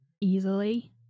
easily